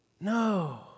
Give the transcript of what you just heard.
No